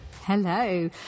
Hello